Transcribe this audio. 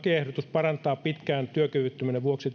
parantaa pitkään työkyvyttömyyden vuoksi